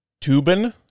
Tubin